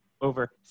over